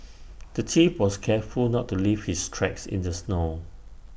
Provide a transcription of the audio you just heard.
the thief was careful not to leave his tracks in the snow